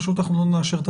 אנחנו פשוט לא נאשר.